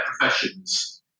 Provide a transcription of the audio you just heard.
professions